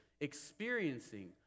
experiencing